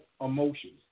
emotions